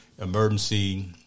emergency